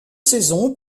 saisons